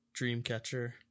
Dreamcatcher